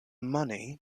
money